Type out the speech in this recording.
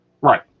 Right